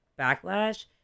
backlash